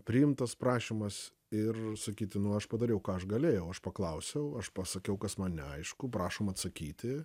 priimtas prašymas ir sakyti nu aš padariau ką aš galėjau aš paklausiau aš pasakiau kas man neaišku prašom atsakyti